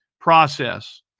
process